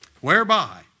Whereby